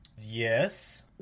Yes